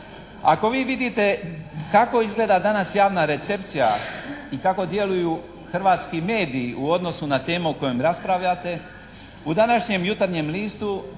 Ako vi vidite kako izgleda danas javna recepcija i kako djeluju hrvatski mediji u odnosu na temu o kojoj raspravljate u današnjem "Jutarnjem listu"